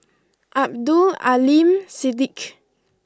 Abdul Aleem Siddique